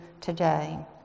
today